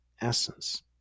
essence